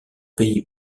pays